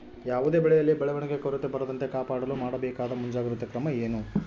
ಯಾವುದೇ ಬೆಳೆಯಲ್ಲಿ ಬೆಳವಣಿಗೆಯ ಕೊರತೆ ಬರದಂತೆ ಕಾಪಾಡಲು ಮಾಡಬೇಕಾದ ಮುಂಜಾಗ್ರತಾ ಕ್ರಮ ಏನು?